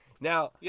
Now